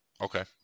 Okay